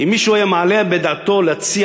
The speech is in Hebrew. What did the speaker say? אם מישהו היה מעלה בדעתו לפני